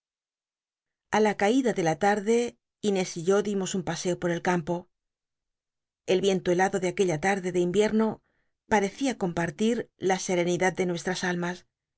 a la caida de la t ude inés y yo dimos un paseo por el campo el viento helado de aquella tarde de invierno parecía compartir la serenidad de nuestras almas